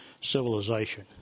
civilization